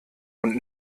und